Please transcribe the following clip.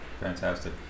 Fantastic